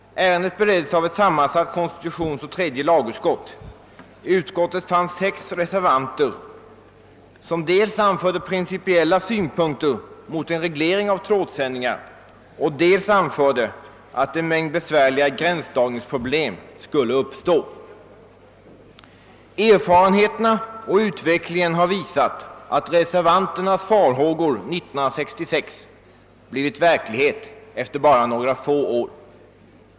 Ärendet bereddes av ett sammansatt konstitutionsoch tredje lagutskott. I utskottet fanns sex reservanter som dels anförde principiella synpunkter mot en reglering av trådsändningar, dels uttalade att en mängd besvärliga gränsdragningsproblem skulle uppstå. Erfarenheterna och utvecklingen har visat att de farhågor reservanterna hyste 1966 blivit verklighet efter några få år.